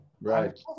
right